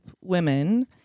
women